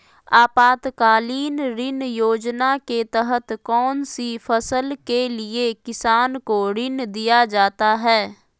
आपातकालीन ऋण योजना के तहत कौन सी फसल के लिए किसान को ऋण दीया जाता है?